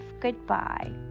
goodbye